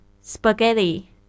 Spaghetti